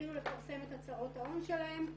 יתחילו לפרסם את הצהרות ההון שלהם.